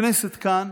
הכנסת כאן